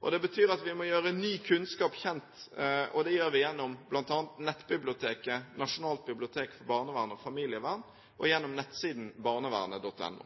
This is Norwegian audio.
og det betyr at vi må gjøre ny kunnskap kjent. Dette gjør vi bl.a. gjennom nettbiblioteket Nasjonalt bibliotek for barnevern og familievern og gjennom nettsiden